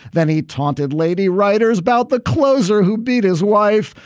then he taunted lady writers about the closer who beat his wife.